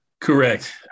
Correct